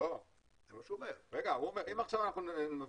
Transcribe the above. לא, רגע, הוא אומר, אם עכשיו אנחנו מבינים